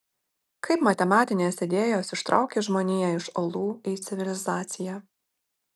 kaip matematinės idėjos ištraukė žmoniją iš olų į civilizaciją